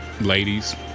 ladies